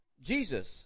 Jesus